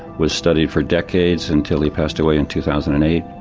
was studied for decades until he passed away in two thousand and eight,